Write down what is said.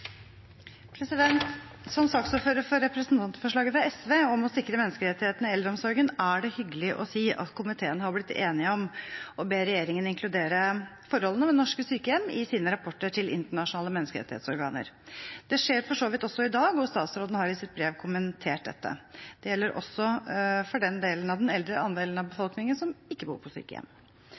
det hyggelig å si at komiteen har blitt enige om å be regjeringen inkludere forholdene ved norske sykehjem i sine rapporter til internasjonale menneskerettighetsorganer. Det skjer for så vidt også i dag, og statsråden har i sitt brev kommentert dette. Det gjelder også for den andelen av befolkningen som ikke bor på sykehjem.